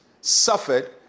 suffered